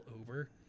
over